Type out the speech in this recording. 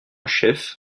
chef